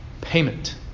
payment